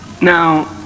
Now